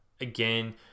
Again